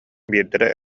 биирдэрэ